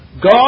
God